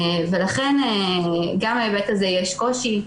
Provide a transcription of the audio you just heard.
לכן גם מההיבט הזה יש קושי.